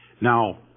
Now